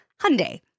Hyundai